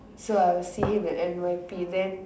so I will see him at N_Y_P then